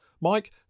Mike